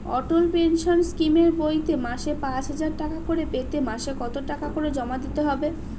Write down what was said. অটল pension স্কিমের বইতে মাসে পাঁচ হাজার টাকা করে পেতে মাসে কত টাকা করে জমা দিতে হবে?